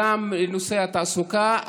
גם נושא התעסוקה,